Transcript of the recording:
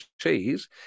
cheese